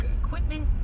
equipment